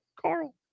Carl